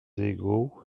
égaux